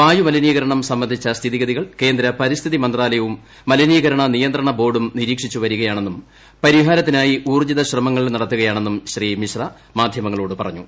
വായൂ മലിനീകരണ്ടു പ്രസ്ംബന്ധിച്ച സ്ഥിതിഗതികൾ കേന്ദ്ര പരിസ്ഥിതി മന്ത്രാലയവും മിലിനീകരണ നിയന്ത്രണ ബോർഡും നിരീക്ഷിച്ചു വരികയാണെന്നും പ്പ്രിഫീാരത്തിനായി ഊർജജിത ശ്രമങ്ങൾ നടത്തുകയാണെന്നും ശ്രീ മിൾ മാധ്യമങ്ങളോട് പറഞ്ഞു